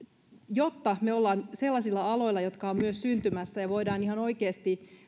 jotta me olemme sellaisilla aloilla jotka ovat myös syntymässä ja joilla voidaan ihan oikeasti